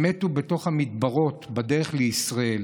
הם מתו במדבר בדרך לישראל.